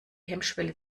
hemmschwelle